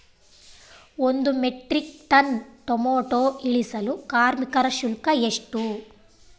ಒಂದು metric ton tomato ಇಳಿಸಲು ಕಾರ್ಮಿಕರ ಶುಲ್ಕ ಎಷ್ಟು?